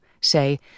say